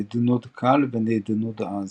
נדנוד קל ונדנוד עז.